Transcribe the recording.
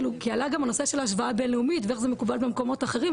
כי עלה גם הנושא של המשוואה הבינלאומית ואיך זה מקובל במקומות אחרים,